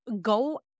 go